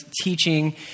teaching